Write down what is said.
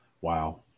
Wow